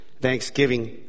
Thanksgiving